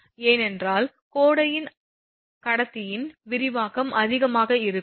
ஏனென்றால் கோடையில் கடத்தியின் விரிவாக்கம் அதிகமாக இருக்கும்